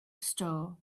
store